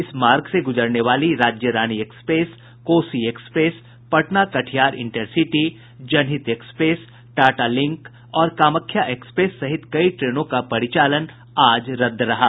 इस मार्ग से गुजरने वाली Rajyarani express Kosi express Patna Katihar intercity express Janhit express Tatalink और कामख्या एक्सप्रेस सहित कई ट्रेनों का परिचालन आज रद्द रहा